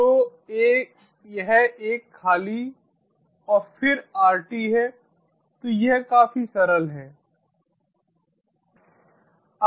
तो यह एक खाली और फिर rt है तो यह काफी सरल है